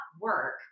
work